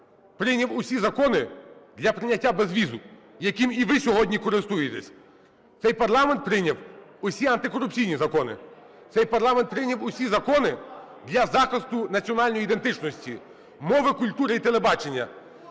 прийняв усі закони для прийняття безвізу, яким і ви сьогодні користуєтеся. Цей парламент прийняв усі антикорупційні закони. Цей парламент прийняв усі закони для захисту національної ідентичності, мови, культури і телебачення.